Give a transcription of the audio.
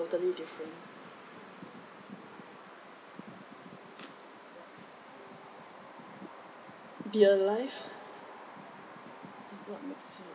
is totally different be alive